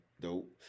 dope